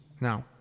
Now